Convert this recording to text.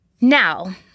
Now